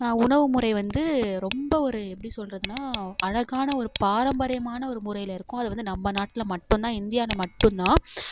உணவு முறை வந்து ரொம்ப ஒரு எப்படி சொல்றதுனால் அழகான ஒரு பாரம்பரியமான ஒரு முறையில் இருக்கும் அது வந்து நம்ம நாட்டில் மட்டுந்தான் இந்தியாவில் மட்டுந்தான்